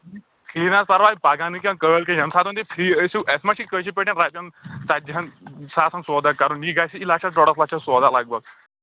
کِہیٖنۍ حظ پَرواے پَگہہ نہٕ کینٛہہ کٲلۍ کٮ۪تھ ییٚمہٕ ساتَن تُہۍ فِرٛی ٲسِو اَسہِ مہ چھِ کٲشِر پٲٹھۍ رۄپیَن ژتجی ہَن ساسَن سودہ کَرُن یہِ گژھِ لَچھَس ڈۄڑَس لَچھَس سودہ لگ بگ